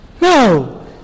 No